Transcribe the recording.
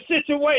situation